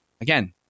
again